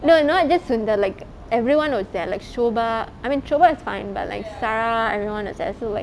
no not just sundar everyone was there like shoba I mean shoba is fine but like sara everyone it's absolutely